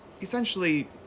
essentially